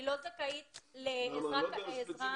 אני לא זכאית לעזרה.